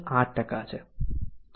8છે